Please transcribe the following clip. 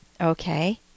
Okay